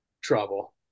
trouble